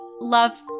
love